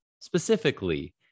specifically